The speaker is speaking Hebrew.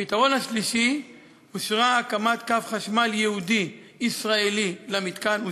הפתרון השלישי: אושרה הקמת קו חשמל ייעודי ישראלי למתקן.